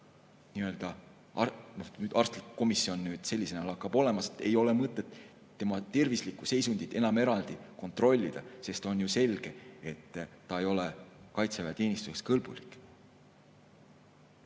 – arstlik komisjon sellisena lakkab olemast – ega tema tervislikku seisundit enam eraldi kontrollida, sest on ju selge, et ta ei ole kaitseväeteenistuseks kõlblik.